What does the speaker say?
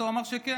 הוא אמר שכן.